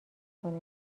کنه